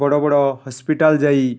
ବଡ଼ ବଡ଼ ହସ୍ପିଟାଲ ଯାଇ